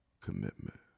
commitment